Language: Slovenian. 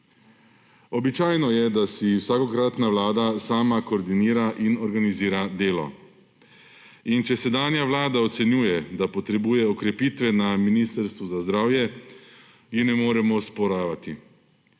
Običajno je, da si vsakokratna vlada sama koordinira in organizira delo in če sedanja vlada ocenjuje, da potrebuje okrepitve na Ministrstvu za zdravje, ji ne moremo osporavati.